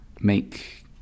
make